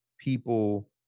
people